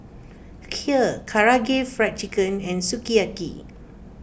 Kheer Karaage Fried Chicken and Sukiyaki